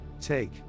Take